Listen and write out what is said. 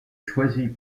choisie